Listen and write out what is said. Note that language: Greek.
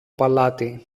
παλάτι